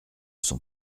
son